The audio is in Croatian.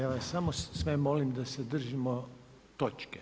Ja vas smo sve molim da se držimo točke.